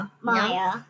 Maya